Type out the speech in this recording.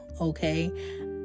Okay